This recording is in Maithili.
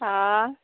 हाँ